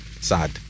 Sad